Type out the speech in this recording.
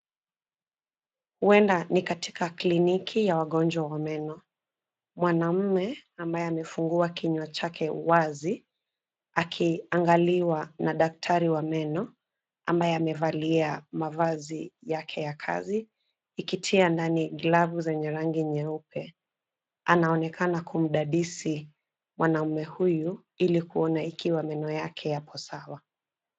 Huenda ni katika kliniki ya wagonjwa wa meno. Mwanaume ambaye amefungua kinywa chake wazi, akiangaliwa na daktari wa meno, ambaye amevalia mavazi yake ya kazi. Ikitia ndani glavu zenye rangi nyeupe, anaonekana kumdadisi mwanaume huyu, ili kuona ikiwa meno yake yako sawa.